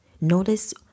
Notice